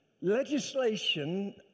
legislation